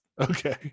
Okay